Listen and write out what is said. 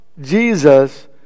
Jesus